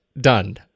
done